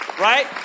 right